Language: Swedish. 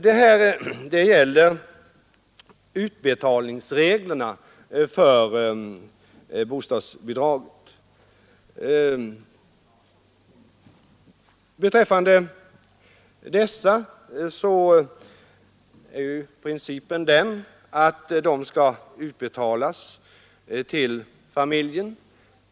Beträffande reglerna för utbetalning av bostadsbidragen är principen den att de skall utbetalas till familjen.